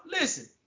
listen